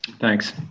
Thanks